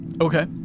Okay